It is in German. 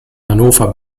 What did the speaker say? hannover